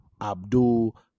Abdul